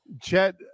Chet